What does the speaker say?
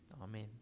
Amen